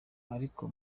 ariko